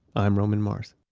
i'm roman mars.